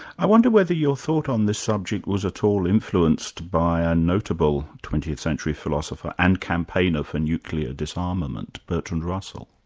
i wonder whether your thought on this subject was at all influenced by a notable twentieth century philosopher, and campaigner for nuclear disarmament, bertrand russell?